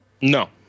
No